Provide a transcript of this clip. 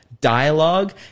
dialogue